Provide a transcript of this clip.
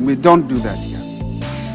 we don't do that here